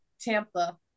Tampa